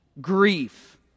grief